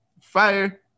fire